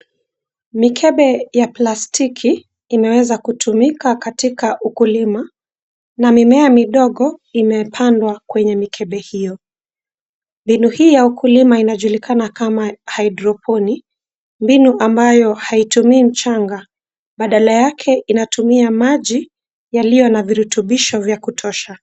Mikebe ya plastiki, imeweza kutumika katika ukulima. Na mimea midogo imepandwa kwenye mikebe hiyo. Mbinu hii ya ukulima inajulikana kama hydroponic , mbinu ambayo haitumii mchanga. Badala yake inatumia maji, yaliyo na virutubisho vya kutosha.